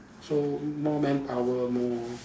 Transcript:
so more manpower more